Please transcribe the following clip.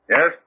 Yes